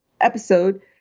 episode